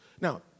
Now